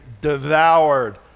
devoured